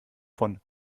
von